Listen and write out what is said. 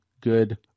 good